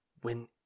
When